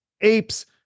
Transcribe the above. apes